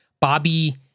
Bobby